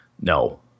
No